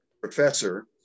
professor